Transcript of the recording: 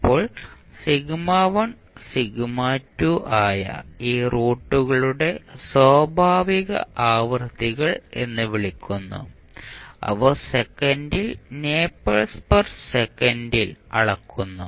ഇപ്പോൾ ആയ ഈ 2 റൂട്ടുകളെ സ്വാഭാവിക ആവൃത്തികൾ എന്ന് വിളിക്കുന്നു അവ സെക്കൻഡിൽ നേപേർസ് പെർ സെക്കൻഡിൽ അളക്കുന്നു